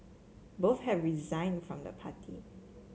both have resigned from the party